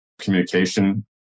communication